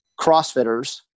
CrossFitters